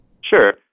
Sure